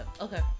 okay